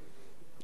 חוב של חברה